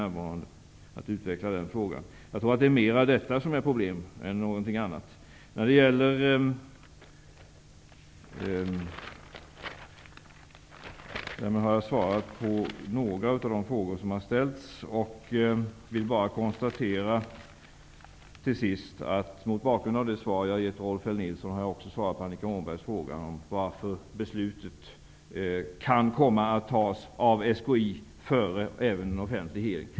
Jag kan återkomma till detta i något annat sammanhang -- jag har för litet tid för närvarande för att utveckla den frågan. Därmed har jag svarat på några av de frågor som har ställts. Mot bakgrund av det svar jag gett Rolf L Nilson har jag också svarat på Annika Åhnbergs fråga om varför beslutet kan komma att tas av SKI, även före en offentlig hearing.